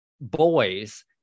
boys